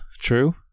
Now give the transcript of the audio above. true